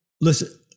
Listen